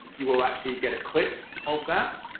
you will actually get a clip of that.